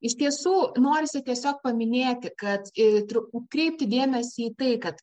iš tiesų norisi tiesiog paminėti kad i kreipti dėmesį į tai kad